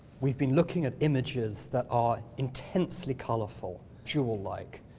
we've been looking at images that are intensely colorful, jewel-like.